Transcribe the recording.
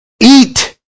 eat